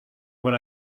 when